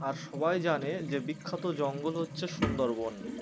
আর সবাই জানে যে বিখ্যাত জঙ্গল হচ্ছে সুন্দরবন